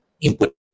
input